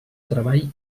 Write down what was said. treball